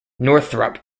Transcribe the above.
northrop